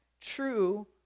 true